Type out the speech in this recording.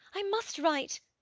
i must write.